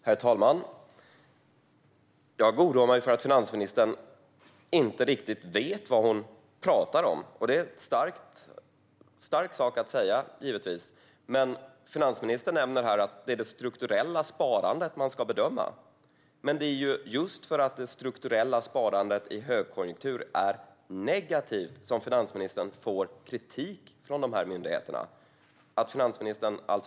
Herr talman! Jag oroar mig för att finansministern inte riktigt vet vad hon talar om. Det är givetvis en stark sak att säga. Finansministern nämner här att det är det strukturella sparandet man ska bedöma. Det är just för att det strukturella sparandet i högkonjunktur är negativt som finansministern får kritik från de här myndigheterna.